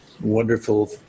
wonderful